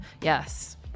yes